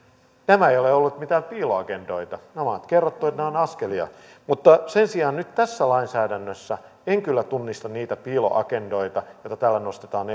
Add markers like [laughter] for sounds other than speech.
nämä eivät ole olleet mitään piiloagendoita on kerrottu että nämä ovat askelia mutta sen sijaan nyt tässä lainsäädännössä en kyllä tunnista niitä piiloagendoita joita täällä nostetaan [unintelligible]